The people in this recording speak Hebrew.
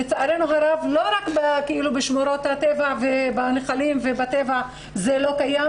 לצערנו הרב לא רק בשמורות הטבע ובנחלים ובטבע זה לא קיים.